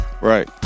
right